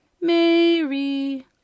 Mary